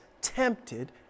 tempted